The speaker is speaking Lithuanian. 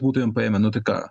būtumėme paėmę nu tai ką